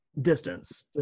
distance